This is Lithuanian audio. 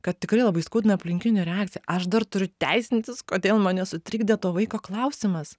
kad tikrai labai skaudina aplinkinių reakcija aš dar turiu teisintis kodėl mane sutrikdė to vaiko klausimas